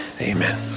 amen